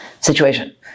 situation